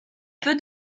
peu